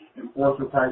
enforcer-type